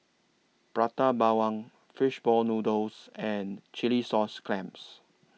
Prata Bawang Fish Ball Noodles and Chilli Sauce Clams